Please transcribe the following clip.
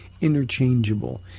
interchangeable